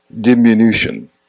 diminution